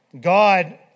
God